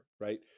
Right